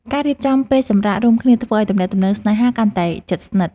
ការរៀបចំពេលសម្រាករួមគ្នាធ្វើឱ្យទំនាក់ទំនងស្នេហាកាន់តែជិតស្និទ្ធ។